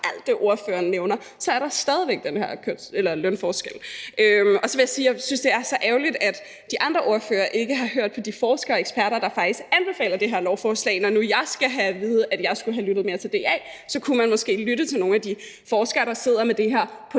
alt det, ordføreren nævner, så er der stadig væk den her lønforskel på 1,8 pct. Så vil jeg sige, at jeg synes, det er så ærgerligt, at de andre ordførere ikke har hørt på de forskere og eksperter, der faktisk anbefaler det her forslag. Når nu jeg skal have at vide, at jeg skulle have lyttet mere til DA, så kunne man måske lytte til nogle af de forskere, der sidder med det her på